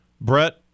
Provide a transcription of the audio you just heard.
Brett